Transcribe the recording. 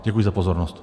Děkuji za pozornost.